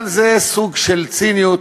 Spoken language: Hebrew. אבל זה סוג של ציניות